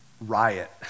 riot